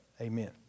Amen